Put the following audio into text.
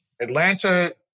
Atlanta